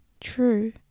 true